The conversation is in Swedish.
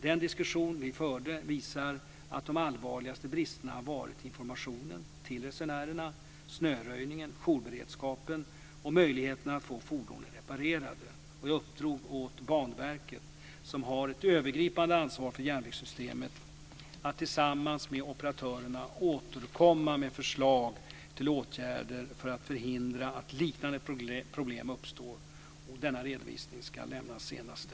Den diskussion vi förde visar att de allvarligaste bristerna har gällt informationen till resenärerna, snöröjningen, jourberedskapen och möjligheten att få fordonen reparerade. Jag uppdrog åt Banverket, som har ett övergripande ansvar för järnvägssystemet, att tillsammans med operatörerna återkomma med förslag till åtgärder för att förhindra att liknande problem uppstår igen. Denna redovisning ska lämnas senast den 15 februari.